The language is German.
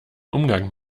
umgang